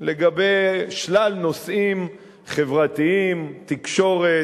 לגבי שלל נושאים חברתיים: תקשורת,